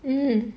mm